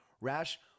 Rash